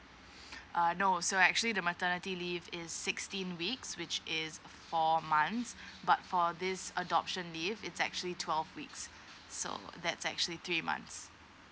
uh no so actually the maternity leave is sixteen weeks which is four months but for this adoption leave it's actually twelve weeks so that's actually three months